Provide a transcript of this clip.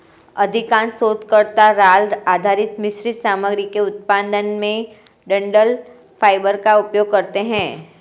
अधिकांश शोधकर्ता राल आधारित मिश्रित सामग्री के उत्पादन में डंठल फाइबर का उपयोग करते है